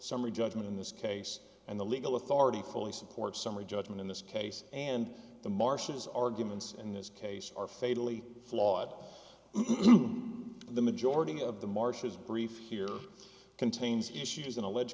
summary judgment in this case and the legal authority fully supports summary judgment in this case and the marshes arguments in this case are fatally flawed the majority of the marshes brief here contains issues in allege